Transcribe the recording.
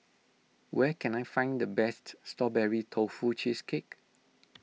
where can I find the best Strawberry Tofu Cheesecake